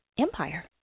empire